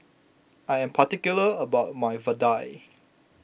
I am particular about my Vadai